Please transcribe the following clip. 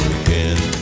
again